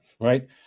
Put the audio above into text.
right